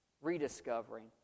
rediscovering